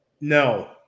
No